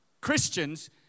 Christians